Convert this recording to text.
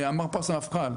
אמר פה הסמפכ"ל: